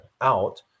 out